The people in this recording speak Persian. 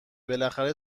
بالاخره